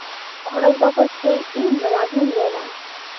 ᱠᱷᱚᱨᱚᱪ ᱵᱟᱵᱚᱫ ᱛᱮ ᱤᱧ ᱱᱚᱣᱟ ᱜᱤᱧ ᱢᱮᱱᱟ